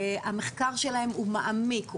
המחקר שלהם הוא מעמיק,